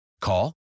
Call